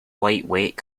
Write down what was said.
lightweight